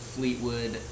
Fleetwood